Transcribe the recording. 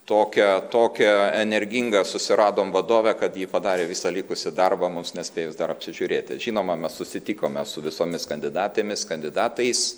tokią tokią energingą susiradom vadovę kad ji padarė visą likusį darbą mums nespėjus dar apsižiūrėti žinoma mes susitikome su visomis kandidatėmis kandidatais